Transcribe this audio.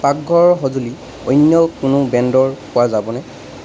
পাকঘৰৰ সঁজুলি অন্য কোনো ব্ৰেণ্ডৰ পোৱা যাবনে